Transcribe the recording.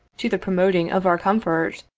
to the promoting of our comfort,